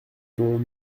dont